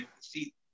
see